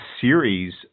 series